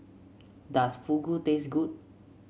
does Fugu taste good